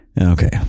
okay